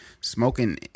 smoking